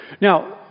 Now